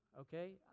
okay